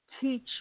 teach